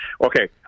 Okay